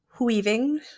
Weaving